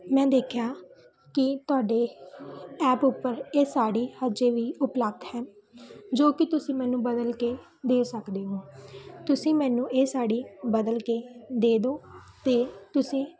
ਮੈਂ ਦੇਖਿਆ ਕਿ ਤੁਹਾਡੇ ਐਪ ਉੱਪਰ ਇਹ ਸਾੜੀ ਅਜੇ ਵੀ ਉਪਲਬਧ ਹੈ ਜੋ ਕਿ ਤੁਸੀਂ ਮੈਨੂੰ ਬਦਲ ਕੇ ਦੇ ਸਕਦੇ ਹੋ ਤੁਸੀਂ ਮੈਨੂੰ ਇਹ ਸਾੜੀ ਬਦਲ ਕੇ ਦੇ ਦਿਓ ਅਤੇ ਤੁਸੀਂ